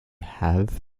have